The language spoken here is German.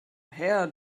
her